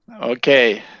okay